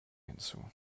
hinzu